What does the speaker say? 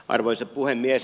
arvoisa puhemies